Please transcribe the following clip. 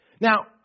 Now